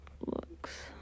looks